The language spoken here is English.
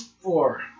Four